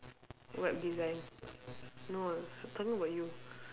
web design no ah I talking about you